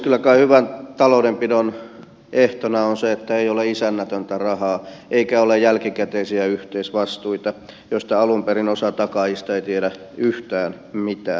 kyllä kai hyvän taloudenpidon ehtona on se että ei ole isännätöntä rahaa eikä ole jälkikäteisiä yhteisvastuita josta alun perin osa takaajista ei tiedä yhtään mitään